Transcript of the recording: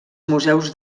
museus